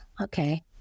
Okay